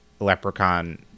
leprechaun